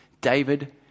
David